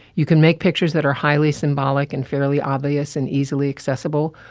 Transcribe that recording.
you can make pictures that are highly symbolic and fairly obvious and easily accessible,